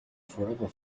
forever